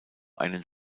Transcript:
einen